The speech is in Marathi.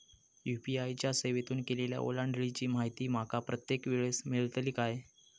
यू.पी.आय च्या सेवेतून केलेल्या ओलांडाळीची माहिती माका प्रत्येक वेळेस मेलतळी काय?